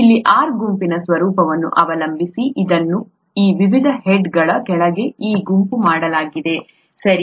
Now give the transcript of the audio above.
ಇಲ್ಲಿ ಈ R ಗುಂಪಿನ ಸ್ವರೂಪವನ್ನು ಅವಲಂಬಿಸಿ ಇದನ್ನು ಈ ವಿವಿಧ ಹೇಡ್ಗಳ ಕೆಳಗೆ ಈ ಗುಂಪು ಮಾಡಲಾಗಿದೆ ಸರಿ